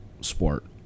sport